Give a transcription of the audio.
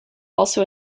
also